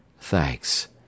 Thanks